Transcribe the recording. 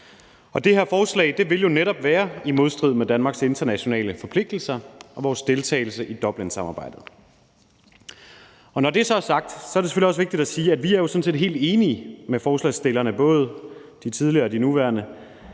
det her forslag vil jo netop være i modstrid med Danmarks internationale forpligtelser og vores deltagelse i Dublinsamarbejdet. Når det så er sagt, er det selvfølgelig også vigtigt at sige, at vi jo sådan set er helt enige med forslagsstillerne, både de tidligere og de nuværende,